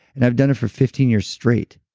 and i've done it for fifteen years straight.